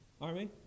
Army